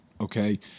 okay